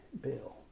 Bill